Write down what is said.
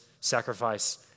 sacrifice